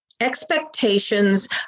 Expectations